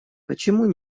почему